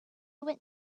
went